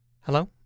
Hello